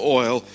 oil